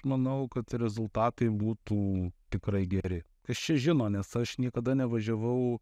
manau kad rezultatai būtų tikrai geri kas čia žino nes aš niekada nevažiavau